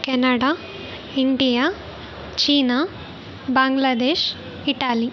Canada India China Bangladesh Italy